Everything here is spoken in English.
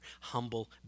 Humble